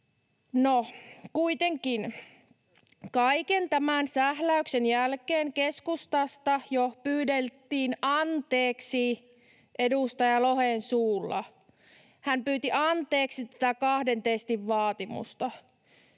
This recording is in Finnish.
No, kuitenkin kaiken tämän sähläyksen jälkeen keskustasta jo pyydeltiin anteeksi edustaja Lohen suulla. Hän pyysi anteeksi tätä kahden testin vaatimusta.